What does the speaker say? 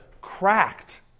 cracked